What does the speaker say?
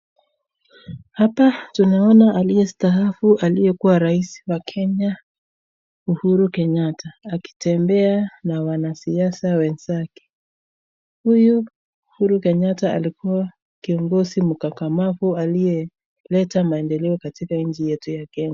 Hapa tunaona aliyestaafu aliyekuwa rais wa Kenya Uhuru Kenyatta akitembea na wanasiasa wenzake. Huyu Uhuru Kenyatta alikuwa kiongozi mkakamavu aliyeleta maendeleo katika nchi yetu ya Kenya.